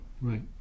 Right